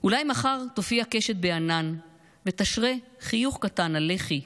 // אולי מחר תופיע קשת בענן / ותשרה חיוך קטן על לחי.